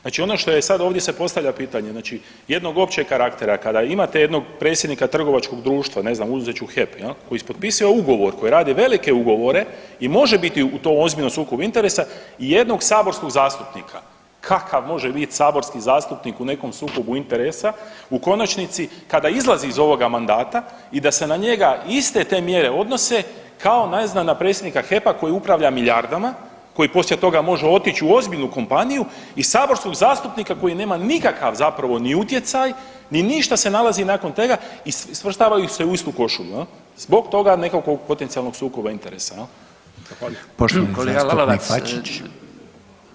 Znači ono što je sad ovdje se postavlja pitanje, znači jednog općeg karaktera, kada imate jednog predsjednika trgovačkog društva ne znam uzet ću HEP jel, koji potpisuje ugovor, koji radi velike ugovore i može biti u tom ozbiljnom sukobu interesa i jednog saborskog zastupnika, kakav može biti saborski zastupnik u nekom sukobu interesa u konačnici kada izlazi iz ovoga mandata i da se na njega iste te mjere odnose kao ne znam na predsjednika HEP-a koji upravlja milijardama, koji poslije toga može otići u ozbiljnu kompaniju i saborskog zastupnika koji nema nikakav zapravo ni utjecaj, ni ništa se nalazi nakon toga i svrstavaju ih se u istu košulju jel zbog toga nekakvog potencijalno sukoba interesa jel.